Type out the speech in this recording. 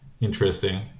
Interesting